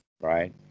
right